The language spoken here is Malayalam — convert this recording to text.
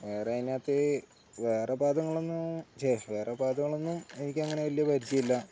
വേറെ അതിനകത്ത് വേറെ പാതങ്ങളൊന്നും ഛെ വേറെ പാതകളൊന്നും എനിക്കങ്ങനെ വലിയ പരിചയമില്ല